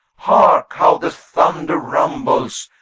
hark! how the thunder rumbles!